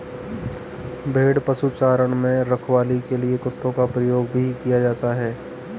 भेड़ पशुचारण में रखवाली के लिए कुत्तों का प्रयोग भी किया जाता है